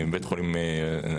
בית החולים האנגלי.